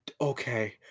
Okay